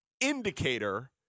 indicator